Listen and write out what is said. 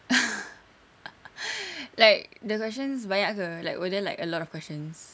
like the questions banyak ke like were there like a lot of questions